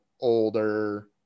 older